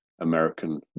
American